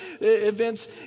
events